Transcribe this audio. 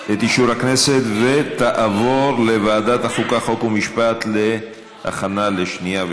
2018, לוועדת החוקה, חוק ומשפט נתקבלה.